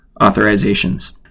authorizations